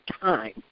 time